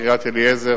קריית-אליעזר,